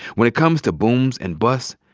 when it comes to booms and busts,